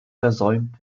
versäumt